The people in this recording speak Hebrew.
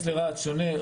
להתייחס לרהט שונה.